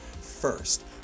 First